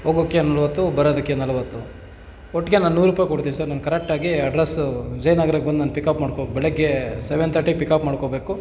ಹೋಗೋಕೆ ನಲವತ್ತು ಬರೋದಕ್ಕೆ ನಲವತ್ತು ಒಟ್ಟಿಗೆ ನಾನು ನೂರು ರೂಪಾಯಿ ಕೊಡ್ತಿನಿ ಸರ್ ನಾನು ಕರೆಕ್ಟಾಗಿ ಅಡ್ರೆಸ್ಸು ವಿಜಯನಗರಕ್ಕೆ ಬಂದು ನನ್ನ ಪಿಕಪ್ ಮಾಡಿಕೋ ಬೆಳಗ್ಗೆ ಸೆವೆನ್ ತರ್ಟಿಗೆ ಪಿಕಪ್ ಮಾಡ್ಕೋಬೇಕು